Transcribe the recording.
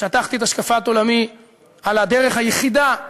שטחתי את השקפת עולמי על הדרך היחידה,